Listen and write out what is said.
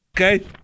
Okay